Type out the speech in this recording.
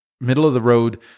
middle-of-the-road